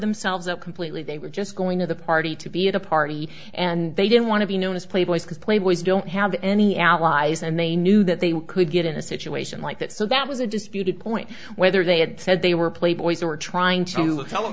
themselves up completely they were just going to the party to be at a party and they didn't want to be known as a playboy because playboy is don't have any allies and they knew that they could get in a situation like that so that was a disputed point whether they had said they were playboys or trying to